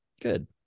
Good